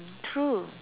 true